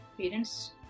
parents